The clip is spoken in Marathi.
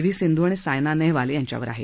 व्ही सिंधू आणि सायना नेहवाल यांच्यावर आहे